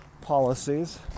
policies